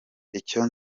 icyo